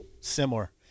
Similar